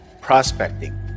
prospecting